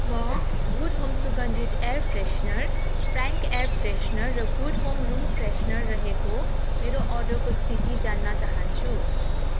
म good home सुगन्धित air freshener frank air freshener र गुड होम रुम फ्रेसनर रहेको मेरो अर्डरको स्थिति जान्न चाहन्छु